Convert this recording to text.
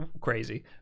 crazy